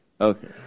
Okay